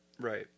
Right